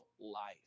life